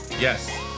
Yes